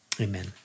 Amen